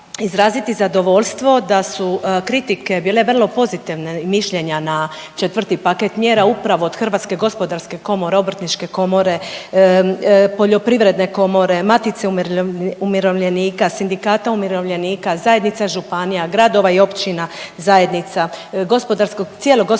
izraziti zadovoljstvo da su kritike bile vrlo pozitivne mišljenja na 4. paket mjera upravo od HGK, obrtničke komore, poljoprivredne komore, matice umirovljenika, sindikata umirovljenika, zajednica županija, gradova i općina, zajednica gospodarskog,